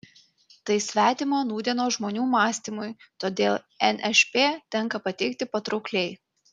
tai svetima nūdienos žmonių mąstymui todėl nšp tenka pateikti patraukliai